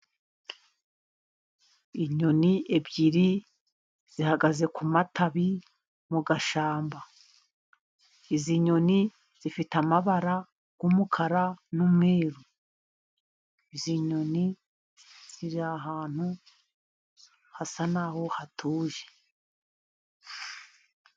Inyoni ebyiri zihagaze ku matabi mu gashyamba, izi nyoni zifite amabara y'umukara n'umweru, izi nyoni ziri ahantu hasa naho hatuje.